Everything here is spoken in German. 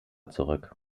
zurück